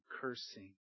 Cursing